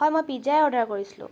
হয় মই পিজ্জাই অৰ্ডাৰ কৰিছিলোঁ